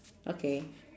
okay